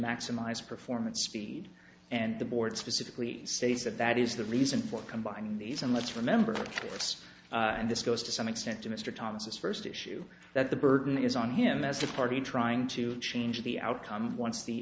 maximise performance speed and the board specifically states that that is the reason for combining these and let's remember it's and this goes to some extent to mr thomas first issue that the burden is on him as a party trying to change the outcome once the